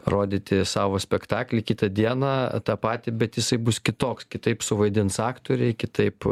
rodyti savo spektaklį kitą dieną tą patį bet jisai bus kitoks kitaip suvaidins aktoriai kitaip